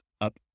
up